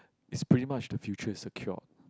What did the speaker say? it's pretty much the future is secured